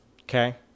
Okay